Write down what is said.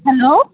hello